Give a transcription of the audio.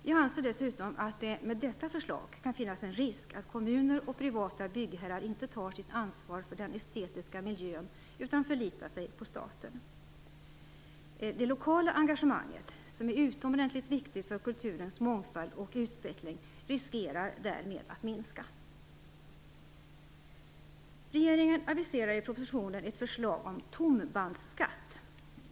Jag anser dessutom att det med detta förslag kan finnas en risk att kommuner och privata byggherrar inte tar sitt ansvar för den estetiska miljön utan förlitar sig på staten. Det lokala engagemanget som är utomordentligt viktigt för kulturens mångfald och utveckling riskerar därmed att minska. "tombandsskatt".